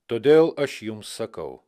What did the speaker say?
todėl aš jums sakau